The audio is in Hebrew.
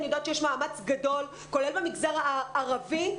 כולל במגזר הערבי.